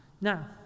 Now